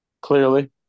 Clearly